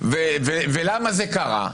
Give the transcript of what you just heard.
ולמה זה קרה?